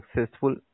successful